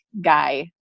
guy